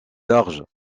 large